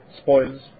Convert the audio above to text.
spoils